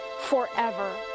forever